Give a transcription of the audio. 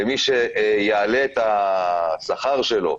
למי שיעלה את השכר שלו,